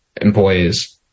employees